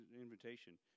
invitation